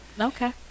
Okay